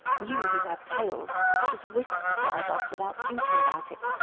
you who have tails just whisk the flies off without thinking about it,